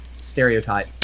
stereotype